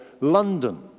London